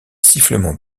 sifflement